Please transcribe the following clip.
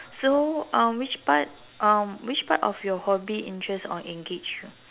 so um which part um which part of your hobby interest or engage you